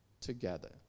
together